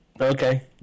Okay